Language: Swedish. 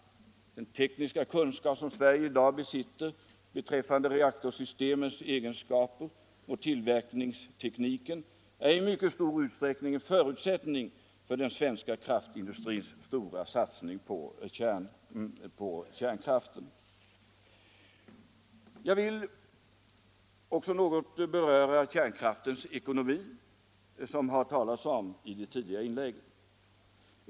Den tekniska kunskap som Sverige i dag besitter beträffande reaktorsystemens egenskaper och tillverkningstekniken är i mycket stor utsträckning en förutsättning för den svenska kraftindustrins satsning på kärnkraften. Jag vill också något beröra kärnkraftens ekonomi, som det har talats om i de tidigare inläggen.